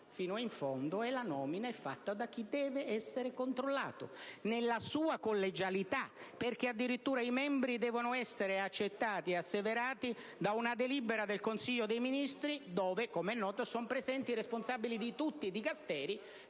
fino in fondo, e la nomina è fatta da chi deve essere controllato nella sua collegialità, perché addirittura i membri devono essere accettati ed asseverati da una delibera del Consiglio dei ministri dove, com'è noto, sono presenti i responsabili di tutti i Dicasteri